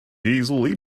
easily